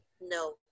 No